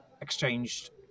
exchanged